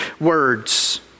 words